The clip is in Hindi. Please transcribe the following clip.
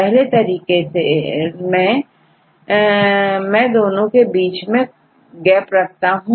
पहले तरीके में मैं दोनों के बीच में कुछ गैप रखता हूं